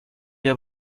vio